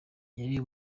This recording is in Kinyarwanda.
yari